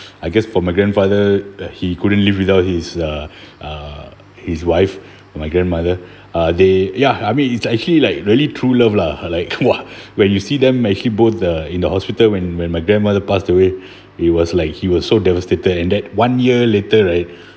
I guess for my grandfather he couldn't live without his uh uh his wife my grandmother uh they ya I mean it's actually like really true love lah like !wah! when you see them actually both the in the hospital when when my grandmother passed away it was like he was so devastated and that one year later right